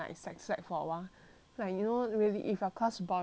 like you know really if your class boring right 你小孩你会 like